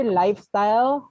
lifestyle